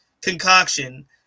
concoction